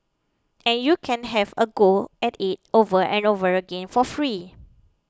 and you can have a go at it over and over again for free